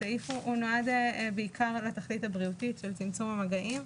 הסעיף נועד בעיקר לתכלית הבריאותית של צמצום המגעים.